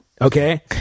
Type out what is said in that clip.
Okay